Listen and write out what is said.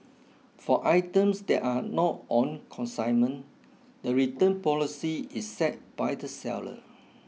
for items that are not on consignment the return policy is set by the seller